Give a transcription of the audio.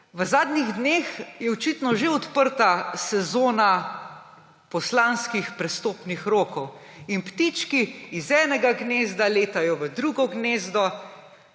v zadnjih dneh je očitno že odprta sezona poslanskih prestopnih rokov in ptički iz enega gnezda letajo v drugo gnezdo,